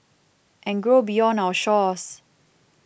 and grow beyond our shores